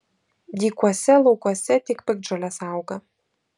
dykuose laukuose tik piktžolės auga